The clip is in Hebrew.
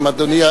אם אדוני,